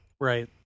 Right